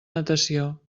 natació